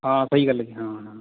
ਹਾਂ ਸਹੀ ਗੱਲ ਹੈ ਜੀ ਹਾਂ ਹਾਂ